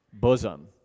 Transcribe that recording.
bosom